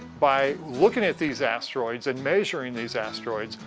by looking at these asteroids and measuring these asteroids,